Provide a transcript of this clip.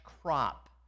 crop